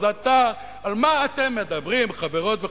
אז על מה אתם מדברים, חברות וחברים?